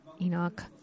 Enoch